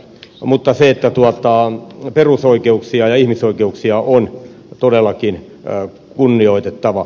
mutta perusoikeuksia ja ihmisoikeuksia on todellakin kunnioitettava